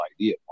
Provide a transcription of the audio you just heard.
idea